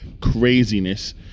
craziness